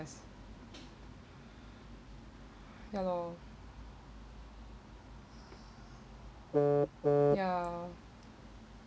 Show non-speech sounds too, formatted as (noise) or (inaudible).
ya lor (noise) (noise) ya